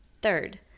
third